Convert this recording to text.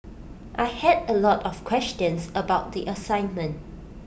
I had A lot of questions about the assignment